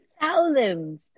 thousands